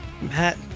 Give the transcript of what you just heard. Matt